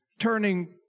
turning